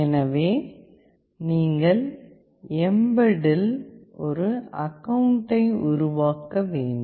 எனவே நீங்கள் எம்பெட் இல் ஒரு அக்கவுன்டை உருவாக்க வேண்டும்